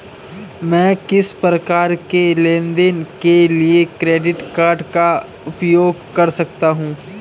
मैं किस प्रकार के लेनदेन के लिए क्रेडिट कार्ड का उपयोग कर सकता हूं?